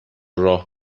راه